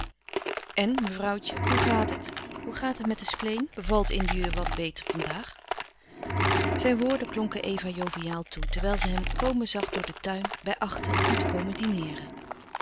en mevrouwtje hoe gaat het hoe gaat het met het spleen bevalt indië u wat beter vandaag zijn woorden klonken eva joviaal toe terwijl zij hem komen zag door den tuin bij achten om te komen dineeren